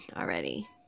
already